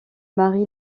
marie